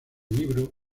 libro